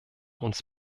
uns